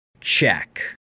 Check